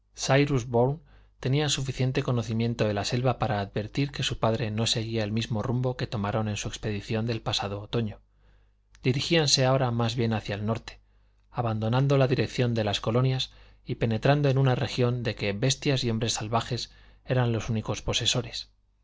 tenía suficiente conocimiento de la selva para advertir que su padre no seguía el mismo rumbo que tomaron en su expedición del pasado otoño dirigíanse ahora más hacia el norte abandonando la dirección de las colonias y penetrando en una región de que bestias y hombres salvajes eran los únicos posesores